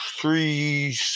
three